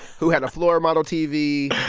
who had a floor-model tv,